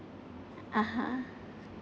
uh !huh!